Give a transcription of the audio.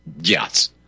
yes